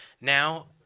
Now